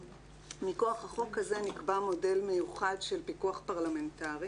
מכוח החוק הזה נקבע מודל מיוחד של פיקוח פרלמנטרי